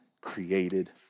created